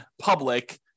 public